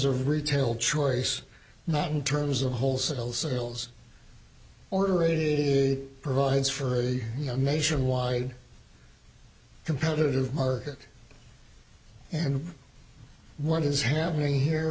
the retail choice not in terms of wholesale sales order it is provides for a nationwide competitive market and what is happening here